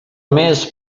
més